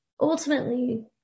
ultimately